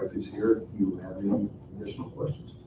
is here, who had the additional questions.